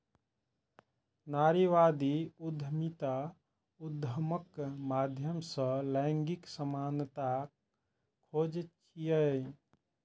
नारीवादी उद्यमिता उद्यमक माध्यम सं लैंगिक समानताक खोज छियै